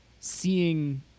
seeing